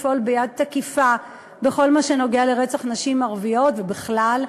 לפעול ביד תקיפה בכל מה שנוגע לרצח נשים ערביות ובכלל.